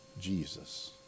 Jesus